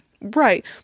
right